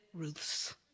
Ruths